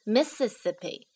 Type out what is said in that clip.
Mississippi